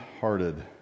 hearted